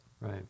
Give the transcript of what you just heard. Right